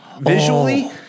visually